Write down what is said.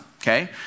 okay